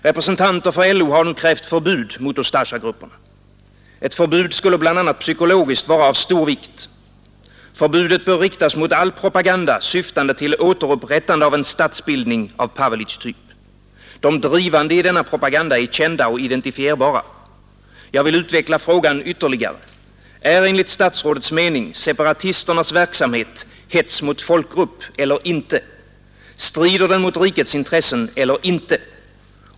Representanter för LO har krävt förbud mot Ustasjagrupperna. Ett förbud skulle bl.a. psykologiskt vara av stor vikt. Förbudet bör riktas mot all progaganda syftande till återupprättande av en statsbildning av Paveliétyp. De drivande i denna propaganda är kända och identifierbara. Jag vill utveckla frågan ytterligare: Är enligt statsrådets mening separatisternas verksamhet hets mot folkgrupp eller inte? Strider den mot rikets intressen eller inte?